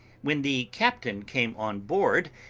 when the captain came on board,